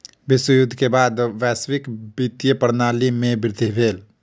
विश्व युद्ध के बाद वैश्विक वित्तीय प्रणाली में वृद्धि भेल